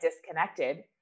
disconnected